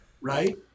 Right